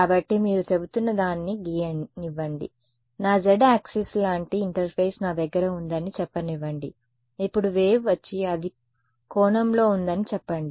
కాబట్టి మీరు చెబుతున్న దాన్ని గీయనివ్వండి నా z యాక్సిస్ లాంటి ఇంటర్ఫేస్ నా దగ్గర ఉందని చెప్పనివ్వండి ఇప్పుడు వేవ్ వచ్చి అది కోణంలో ఉందని చెప్పండి